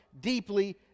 deeply